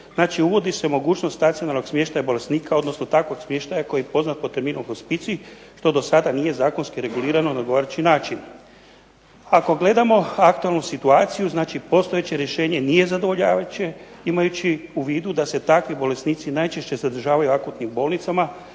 uvodi se mogućnost stacionarnog smještaja bolesnika odnosno takvog smještaja koji je poznat po terminu hospicij što do sada nije zakonski regulirano na odgovarajući način. Ako gledamo aktualnu situaciju, znači postojeće rješenje nije zadovoljavajuće imajući u vidu da se takvi bolesnici najčešće zadržavaju u akutnim bolnicama